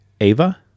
Ava